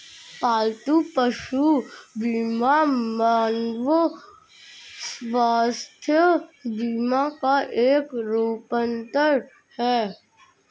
पालतू पशु बीमा मानव स्वास्थ्य बीमा का एक रूपांतर है